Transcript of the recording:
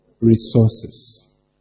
Resources